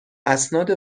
اسناد